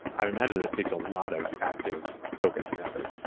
um imagine it takes a lot of active focus and effort.